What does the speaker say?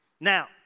Now